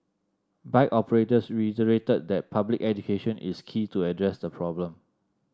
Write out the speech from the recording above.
bike operators reiterated that public education is key to address the problem